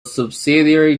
subsidiary